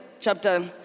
chapter